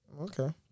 Okay